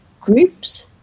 groups